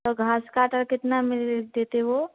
तो घास काटर कितना में देते हो